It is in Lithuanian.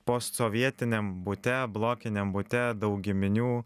postsovietiniam bute blokiniam bute daug giminių